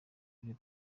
kuri